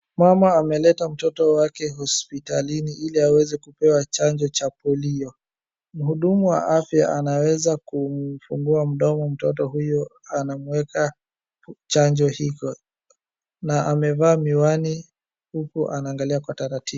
Mama ameleta mtoto wake hospitalini ili aweze kupewa chanjo cha polio. Mhudumu wa afya anaweza kumfungua mdomo mtoto huyo, anamuweka chanjo hii na amevaa miwani huku anangalia kwa taratibu.